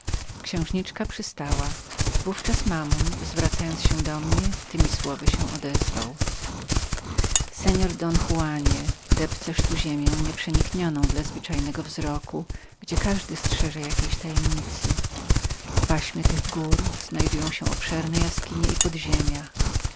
księżniczka przystała naówczas mammon obracając się do mnie temi słowy się odezwał seor don juanie depcesz tu niedocieczoną dla zwyczajnego wzroku ziemię gdzie każdy ma jakąś tajemnicę do strzeżenia w pasmie tych gór znajdują się obszerne jaskinie i podziemia